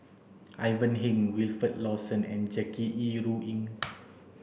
Ivan Heng Wilfed Lawson and Jackie Yi Ru Ying